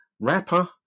rapper